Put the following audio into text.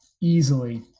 easily